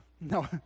No